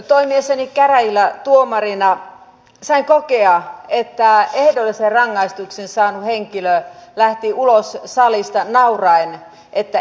toimiessani käräjillä tuomarina sain kokea että ehdollisen rangaistuksen saanut henkilö lähti ulos salista nauraen että en saanut mitään